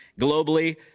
globally